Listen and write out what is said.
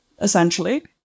essentially